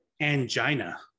angina